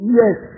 yes